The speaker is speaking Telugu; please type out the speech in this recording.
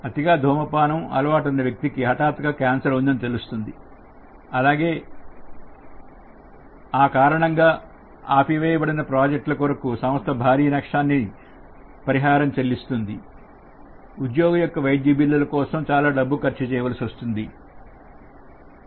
అతిగా ధూమపానం అలవాటు ఉన్న వ్యక్తికి హఠాత్తుగా క్యాన్సర్ ఉందని తెలుస్తుంది ఆ కారణంగా ఆపివేయబడిన ప్రాజెక్టుల కొరకు సంస్థ భారీ నష్ట పరిహారం చెల్లిస్తుంది ఉద్యోగి యొక్క వైద్య బిల్లులు కోసం చాలా డబ్బు ఖర్చు చేయవలసి వస్తుంది